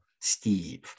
Steve